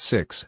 Six